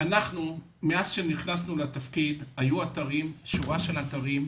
מאז שנכנסנו לתפקיד היו שורה של אתרים,